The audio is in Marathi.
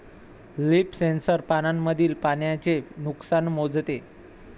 लीफ सेन्सर पानांमधील पाण्याचे नुकसान मोजते